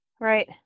Right